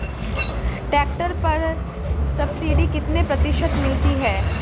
Tractor पर subsidy कितने प्रतिशत मिलती है?